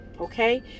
Okay